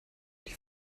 die